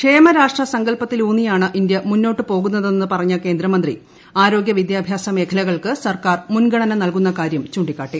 ക്ഷേമരാഷ്ട്ര സ്ക്ക്ല്പ്പത്തിലൂന്നിയാണ് ഇന്ത്യ മുന്നോട്ടു പോകുന്നതെന്ന് പറഞ്ഞൂ പ്രകേന്ദ്രമന്ത്രി ആരോഗ്യ വിദ്യാഭ്യാസ മേഖലകൾക്ക് സർക്കാർ മുൻഗണന നൽകുന്ന കാര്യം ചൂണ്ടിക്കാട്ടി